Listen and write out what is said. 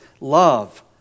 love